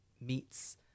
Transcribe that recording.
meats